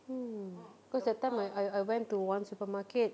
mm cause that time I I I went to one supermarket